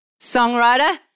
songwriter